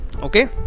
okay